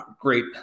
great